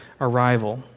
arrival